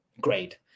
Great